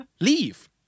Leave